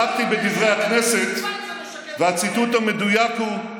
בדקתי בדברי הכנסת, והציטוט המדויק הוא: